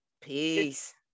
Peace